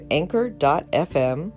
anchor.fm